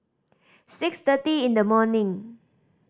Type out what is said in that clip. six thirty in the morning